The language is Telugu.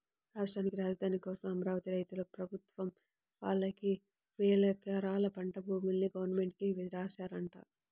రాష్ట్రానికి రాజధాని కోసం అమరావతి రైతన్నలు ప్రభుత్వం వాళ్ళకి వేలెకరాల పంట భూముల్ని గవర్నమెంట్ కి రాశారంట